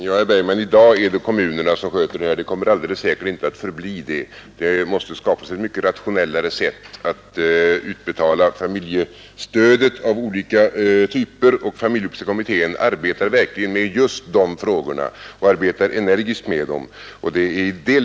Herr talman! I dag är det kommunerna som sköter utbetalningen, men det kommer säkert inte att förbli på det sättet, herr Bergman. Det måste skapas ett mycket rationellare sätt att betala ut familjestöd av olika typer, och familjepolitiska kommittén arbetar just med dessa frågor och arbetar energiskt med dem.